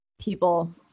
people